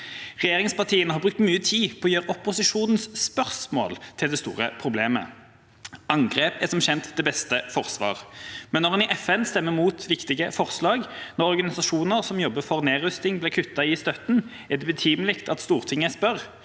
Regjeringspartiene har brukt mye tid på å gjøre opposisjonens spørsmål til det store problemet. Angrep er som kjent det beste forsvar. Men når en i FN stemmer imot viktige forslag, og når organisasjoner som jobber for nedrustning, får kutt i støtten, er det betimelig at Stortinget spør